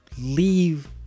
leave